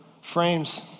frames